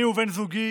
אני ובן זוגי